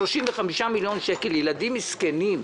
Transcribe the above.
35 מיליון שקלים לילדים מסכנים.